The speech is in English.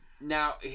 now